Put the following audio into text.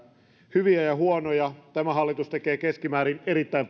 hyviä ja huonoja tämä hallitus tekee keskimäärin erittäin